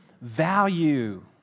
value